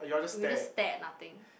we just stare at nothing